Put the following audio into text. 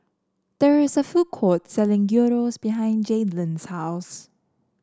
there is a food court selling Gyros behind Jaidyn's house